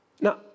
Now